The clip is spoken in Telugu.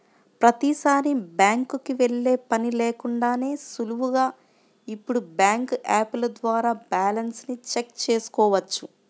ప్రతీసారీ బ్యాంకుకి వెళ్ళే పని లేకుండానే సులువుగా ఇప్పుడు బ్యాంకు యాపుల ద్వారా బ్యాలెన్స్ ని చెక్ చేసుకోవచ్చు